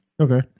Okay